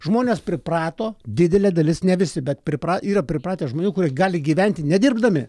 žmonės priprato didelė dalis ne visi bet pripra yra pripratę žmonių kurie gali gyventi nedirbdami